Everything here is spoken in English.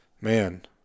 man